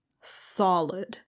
solid